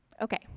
Okay